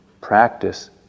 practice